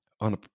on